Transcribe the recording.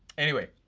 anyway,